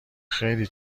خیلی